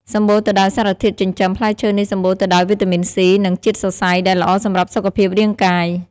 សម្បូរទៅដោយសារធាតុចិញ្ចឹម ផ្លែឈើនេះសម្បូរទៅដោយ វីតាមីន C និង ជាតិសរសៃ ដែលល្អសម្រាប់សុខភាពរាងកាយ។